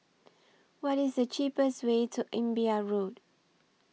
What IS The cheapest Way to Imbiah Road